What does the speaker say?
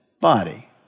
body